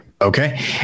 Okay